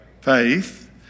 faith